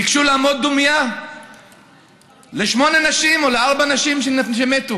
ביקשו לעמוד דומייה לשמונה נשים או לארבע נשים שמתו.